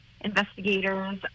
investigators